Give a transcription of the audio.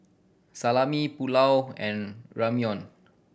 Salami Pulao and Ramyeon